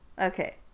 Okay